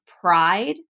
pride